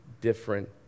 different